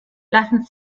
lassen